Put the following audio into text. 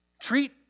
treat